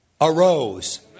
arose